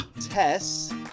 Tess